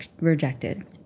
rejected